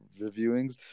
reviewings